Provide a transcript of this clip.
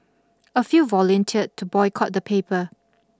a few volunteered to boycott the paper